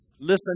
Listen